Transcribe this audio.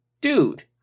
dude